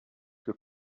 que